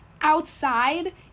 outside